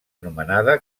anomenada